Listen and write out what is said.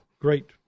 Great